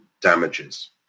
damages